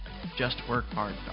JustWorkHard